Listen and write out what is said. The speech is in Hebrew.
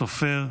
הסופר,